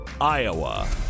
Iowa